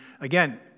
again